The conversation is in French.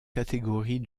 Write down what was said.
catégories